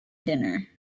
dinner